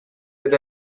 with